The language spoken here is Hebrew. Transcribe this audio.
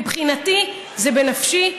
מבחינתי זה בנפשי,